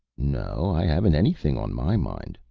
no, i haven't anything on my mind,